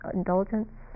indulgence